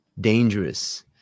dangerous